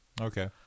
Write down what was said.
Okay